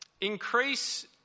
increase